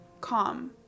calm